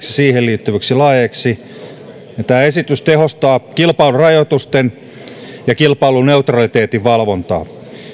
siihen liittyviksi laeiksi tämä esitys tehostaa kilpailurajoitusten ja kilpailuneutraliteetin valvontaa